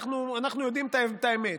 אנחנו יודעים את האמת,